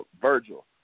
Virgil